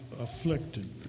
afflicted